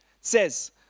says